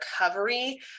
recovery